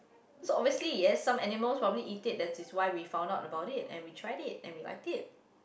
so obviously yes some animals probably eat it that is why we found out about it and we tried it and we liked it